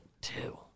two